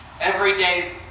everyday